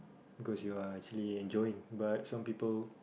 because you are actually enjoying but some people